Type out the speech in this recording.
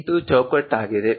ಇದು ಚೌಕಟ್ ಆಗಿದೆ